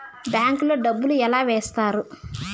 bank లో డబ్బులు ఎలా వేస్తారు